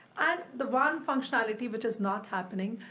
and the one functionality which is not happening,